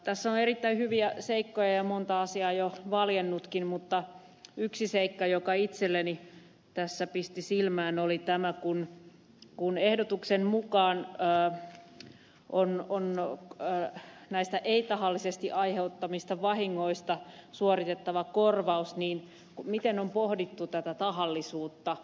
tässä on erittäin hyviä seikkoja ja monta asiaa jo valjennutkin mutta yksi seikka joka itselleni tässä pisti silmään oli tämä että kun ehdotuksen mukaan on näistä ei tahallisesti aiheutetuista vahingoista suoritettava korvaus niin miten on pohdittu tätä tahallisuutta